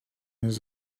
his